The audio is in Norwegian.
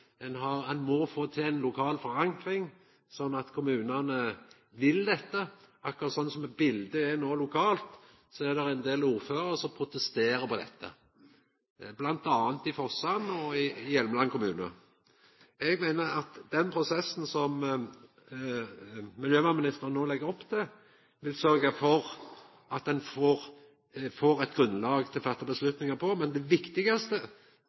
ein må få til ei lokal forankring sånn at kommunane vil dette. Akkurat slik som biletet no er lokalt, er det ein del ordførarar som protesterer på dette, bl.a. i Forsand kommune og i Hjelmeland kommune. Eg meiner at den prosessen som miljøvernministeren no legg opp til, vil sørgja for at ein får eit grunnlag til å ta avgjerder på, men det viktigaste